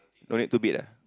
no need to beat ah